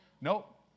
Nope